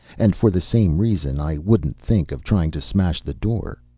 and for the same reason i wouldn't think of trying to smash the door.